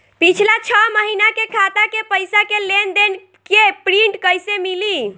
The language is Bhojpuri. पिछला छह महीना के खाता के पइसा के लेन देन के प्रींट कइसे मिली?